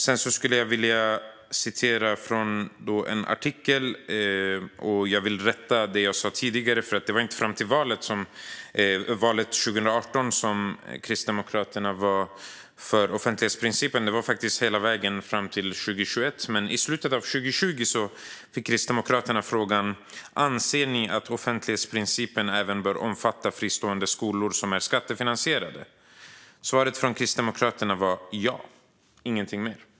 Jag vill också ta upp ett uttalande i en tidningsartikel och samtidigt rätta det jag sa tidigare: Det var inte fram till valet 2018 som Kristdemokraterna var för offentlighetsprincipen; det var faktiskt hela vägen fram till 2021. Men i slutet av 2020 fick en kristdemokrat frågan om hon ansåg att offentlighetsprincipen även bör omfatta fristående skolor som är skattefinansierade. Svaret var ja - ingenting mer.